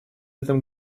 этом